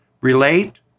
Relate